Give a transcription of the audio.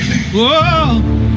Whoa